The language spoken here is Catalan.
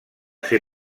ser